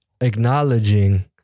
Acknowledging